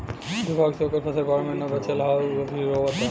दुर्भाग्य से ओकर फसल बाढ़ में ना बाचल ह त उ अभी रोओता